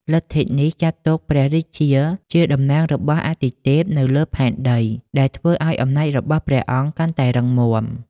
លទ្ធិនេះចាត់ទុកព្រះរាជាជាតំណាងរបស់អាទិទេពនៅលើផែនដី ដែលធ្វើឱ្យអំណាចរបស់ព្រះអង្គកាន់តែរឹងមាំ។